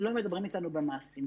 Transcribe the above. לא מדברים איתנו במעשים.